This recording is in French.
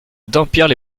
dampierre